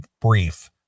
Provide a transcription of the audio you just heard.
brief